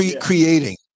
creating